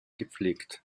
gepflegt